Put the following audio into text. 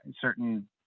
certain